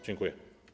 Dziękuję.